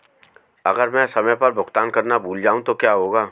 अगर मैं समय पर भुगतान करना भूल जाऊं तो क्या होगा?